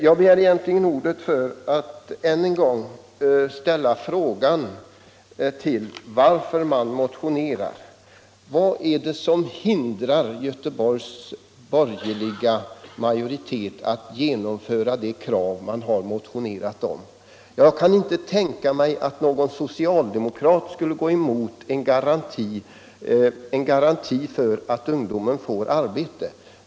Jag begärde ordet egentligen för att än en gång ställa frågan varför man motionerar här. Vad är det som hindrar Göteborgs borgerliga majoritet att genomföra de krav man har motionerat om? Jag kan inte tänka mig att någon socialdemokrat skulle gå emot en garanti för att ungdomen får arbete.